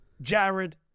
Jared